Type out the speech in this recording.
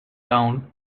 down